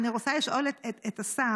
אני רוצה לשאול את השר,